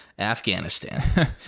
Afghanistan